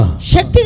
Shakti